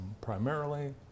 primarily